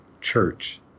Church